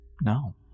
No